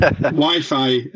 wi-fi